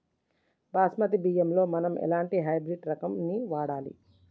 బాస్మతి బియ్యంలో మనం ఎలాంటి హైబ్రిడ్ రకం ని వాడాలి?